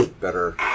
better